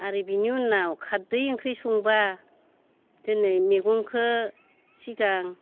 आरो बिनि उनाव खारदै ओंख्रि संबा दिनै मैगंखौ सिगां